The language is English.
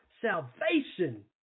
Salvation